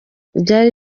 byari